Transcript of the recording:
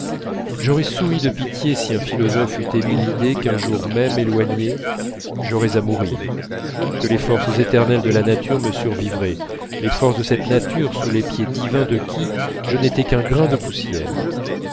j'aurais souri de pitié si un philosophe eût émis l'idée qu'un jour même éloigné j'aurais à mourir que les forces éternelles de la nature me survivraient les forces de cette nature sous les pieds divins de qui je n'étais qu'un grain de poussière